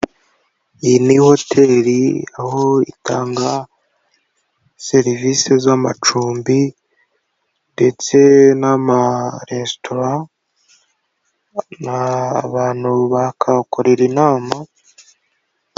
Iyi ni hoteli aho itanga serivisi z'amacumbi, ndetse n'amaresitora, n'abantu bakahakorera inama.